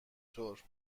طور